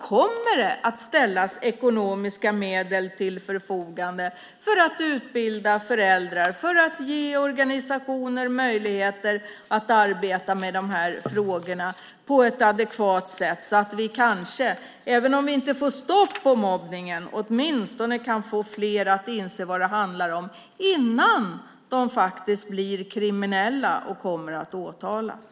Kommer det att ställas ekonomiska medel till förfogande för att utbilda föräldrar och för att ge organisationer möjligheter att arbeta med de här frågorna på ett adekvat sätt så att vi, även om vi inte får stopp på mobbningen, åtminstone kan få fler att inse vad det handlar om innan de faktiskt blir kriminella och kommer att åtalas?